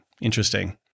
Interesting